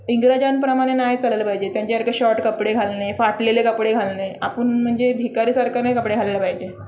इंग्रजांप्रमाणे नाही चालायलं पाहिजे त्यांच्यासारखं शॉर्ट कपडे घालणे फाटलेले कपडे घालणे आपण म्हणजे भिकारीसारखं नाही कपडे घालालं पाहिजे